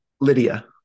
Lydia